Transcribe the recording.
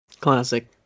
Classic